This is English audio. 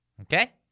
Okay